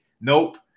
Nope